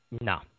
No